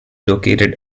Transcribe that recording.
located